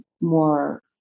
more